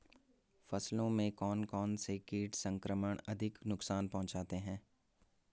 फसलों में कौन कौन से कीट संक्रमण अधिक नुकसान पहुंचाते हैं?